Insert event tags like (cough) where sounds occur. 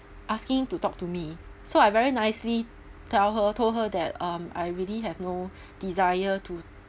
asking to talk to me so I very nicely tell her told her that um I really have no (breath) desire to